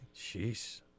Jeez